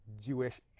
Jewish